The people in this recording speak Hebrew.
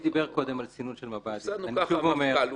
אדוני דיבר קודם על סינון של מב"דים --- ככה הפסדנו מפכ"ל אולי,